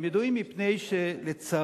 הם ידועים מפני שלצערנו,